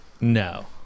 No